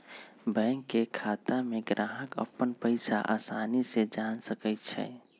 bank के खाता में ग्राहक अप्पन पैसा असानी से जान सकई छई